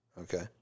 okay